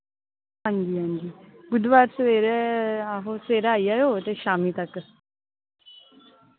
हां जी हां जी बुधवार सवेरै आहो सवेरै आई जायो ते शाम्मी तक